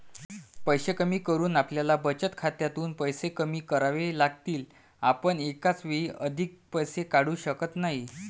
पैसे कमी करून आपल्याला बचत खात्यातून पैसे कमी करावे लागतील, आपण एकाच वेळी अधिक पैसे काढू शकत नाही